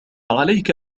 عليك